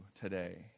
today